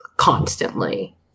constantly